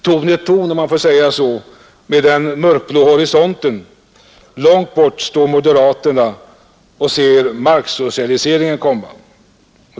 Ton i ton — om man får säga så — med den mörkblå horisonten långt borta står moderaterna och ser marksocialiseringen komma.